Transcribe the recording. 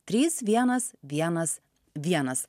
trys vienas vienas vienas